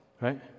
right